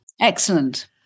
Excellent